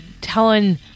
telling